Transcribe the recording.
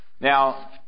Now